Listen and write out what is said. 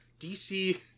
dc